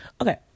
Okay